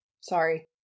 Sorry